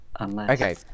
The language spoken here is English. Okay